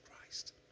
Christ